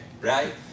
right